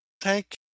thank